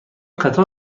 قطار